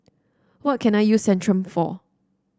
what can I use Centrum for